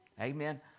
amen